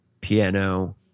piano